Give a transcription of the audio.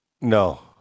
no